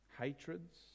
Hatreds